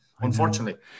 unfortunately